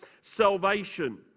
salvation